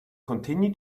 continue